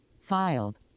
Filed